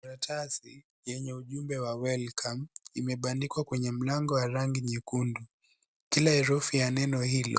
Karatasi yenye ujumbe wa welcome imebandikwa kwenye mlango wa rangi nyekundu. Kila herufi ya neno hili